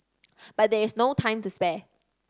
but there is no time to spare